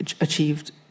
achieved